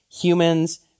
Humans